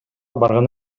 барган